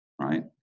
Right